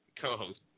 co-host